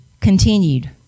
continued